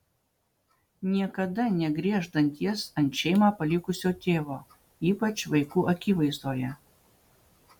niekada negriežk danties ant šeimą palikusio tėvo ypač vaikų akivaizdoje